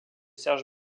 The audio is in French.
serge